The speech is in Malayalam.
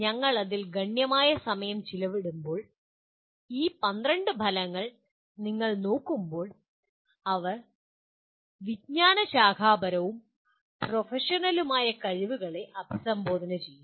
ഞങ്ങൾ അതിൽ ഗണ്യമായ സമയം ചെലവഴിക്കുമ്പോൾ ഈ 12 ഫലങ്ങൾ നിങ്ങൾ നോക്കുമ്പോൾ അവർ വിജ്ഞാനശാഖാപരവും പ്രൊഫഷണലുമായ കഴിവുകളെ അഭിസംബോധന ചെയ്യുന്നു